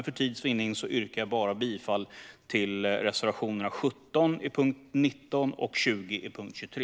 För tids vinnande yrkar jag dock endast bifall till reservation 17 under punkt 19 och reservation 20 under punkt 23.